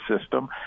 system